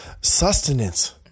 sustenance